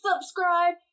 subscribe